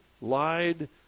lied